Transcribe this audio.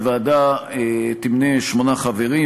הוועדה תמנה שמונה חברים,